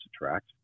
attract